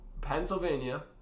Pennsylvania